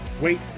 wait